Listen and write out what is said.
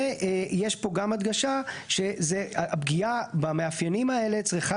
ויש פה גם הדגשה שהפגיעה במאפיינים האלה צריכה